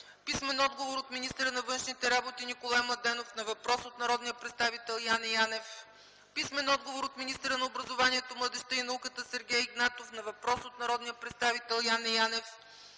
Писмен отговор от министъра на външните работи Николай Младенов на въпрос от народния представител Яне Янев. Писмен отговор от министъра на образованието, младежта и науката Сергей Игнатов на въпрос от народния представител Яне Янев.